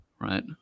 right